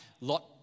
Lot